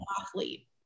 athlete